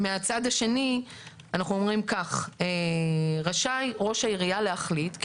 ומהצד השני אנחנו אומרים ש"רשאי ראש העירייה להחליט כי